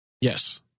Yes